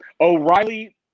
O'Reilly